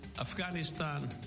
Afghanistan